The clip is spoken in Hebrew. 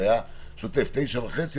זה היה 9.5 שוטף,